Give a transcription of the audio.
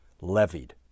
levied